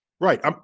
Right